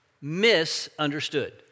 misunderstood